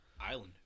Island